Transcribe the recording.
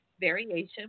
variation